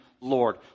Lord